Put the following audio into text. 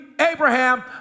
Abraham